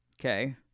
Okay